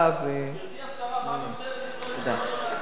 גברתי השרה, מה ממשלת ישראל מתכוונת לעשות?